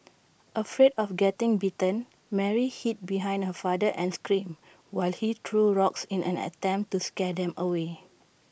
afraid of getting bitten Mary hid behind her father and screamed while he threw rocks in an attempt to scare them away